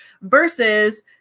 Versus